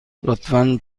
لطفا